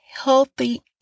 healthy